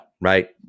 right